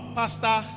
pastor